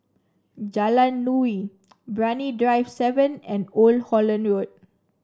Jalan Nuri Brani Drive seven and Old Holland Road